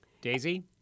Daisy